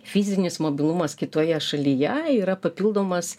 fizinis mobilumas kitoje šalyje yra papildomas